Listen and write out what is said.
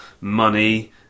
money